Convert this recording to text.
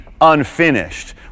unfinished